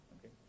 okay